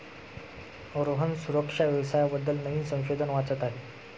रोहन सुरक्षा व्यवसाया बद्दल नवीन संशोधन वाचत आहे